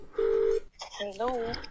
Hello